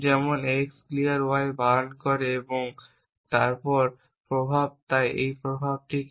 যেমন x clear y ধারণ করে এবং তারপর প্রভাব তাই প্রভাব কি